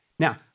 Now